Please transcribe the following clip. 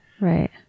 Right